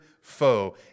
foe